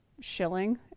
shilling